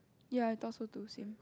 ya I thought so too same